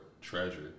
treasure